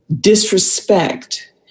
disrespect